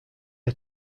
are